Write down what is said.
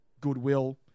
goodwill